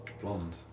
Blonde